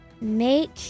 make